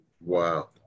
Wow